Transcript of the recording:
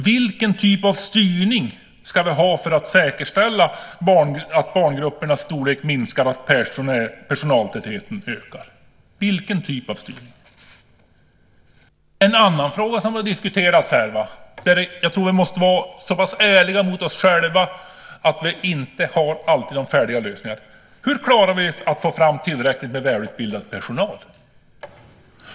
Vilken typ av styrning ska vi ha för att säkerställa att barngruppernas storlek minskar och att personaltätheten ökar? Det finns också en annan fråga som har diskuterats här. Jag tror att vi måste vara så pass ärliga mot oss själva att vi kan säga att vi inte alltid har färdiga lösningar. Hur klarar vi att få fram tillräckligt med välutbildad personal?